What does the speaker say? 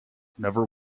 never